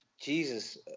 Jesus